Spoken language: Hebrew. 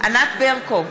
ענת ברקו,